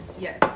Yes